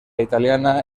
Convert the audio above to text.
italiana